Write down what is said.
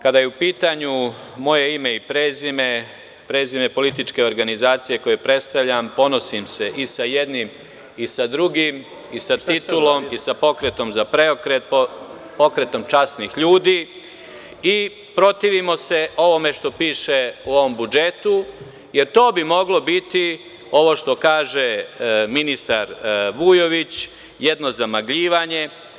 Kada je u pitanju moje ime i prezime, prezime političke organizacije koju predstavljam, ponosim se i sa jednim i sa drugim i sa titulom i sa Pokretom za preokret, pokretom časnih ljudi i protivimo se ovome što piše u ovom budžetu jer to bi moglo biti ovo što kaže ministar Vujović, jedno zamagljivanje.